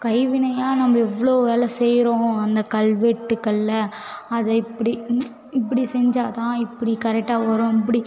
கைவினையாக நம்ம எவ்வளோ வேலை செய்கிறோம் அந்த கல்வெட்டுக்களில் அதை இப்படி இப்படி செஞ்சால்தான் இப்படி கரெக்டாக வரும் இப்படி